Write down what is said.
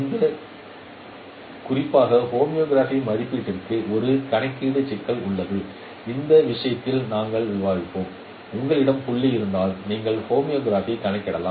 இந்த குறிப்பாக ஹோமோகிராஃபி மதிப்பிடுவதற்கு ஒரு கணக்கீட்டு சிக்கல் உள்ளது இந்த விஷயத்தில் நாங்கள் விவாதித்தோம் உங்களிடம் புள்ளி இருந்தால் நீங்கள் ஹோமோகிராஃபி கணக்கிடலாம்